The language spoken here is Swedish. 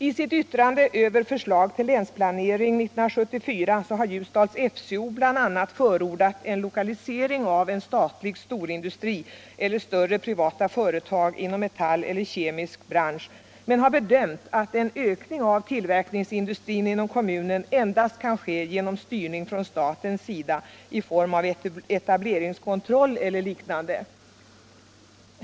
I sitt yttrande över förslaget till Länsplan 74 har Ljusdals FCO bl.a. förordat en lokalisering till Ljusdal av en statlig storindustri eller större privata företag inom metallindustri eller kemisk bransch men har bedömt läget så att en ökning av tillverkningsindustrin inom kommunen endast kan ske genom en statligt styrd etableringskontroll eller liknande.